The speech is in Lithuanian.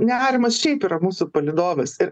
nerimas šiaip yra mūsų palydovas ir